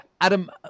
Adam